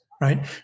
right